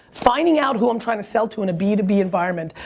finding out who i'm trying to sell to, an a, b to b environment,